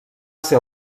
ser